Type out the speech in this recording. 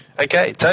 Okay